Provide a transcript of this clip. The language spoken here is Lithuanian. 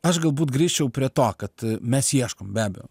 aš galbūt grįžčiau prie to kad mes ieškom be abejo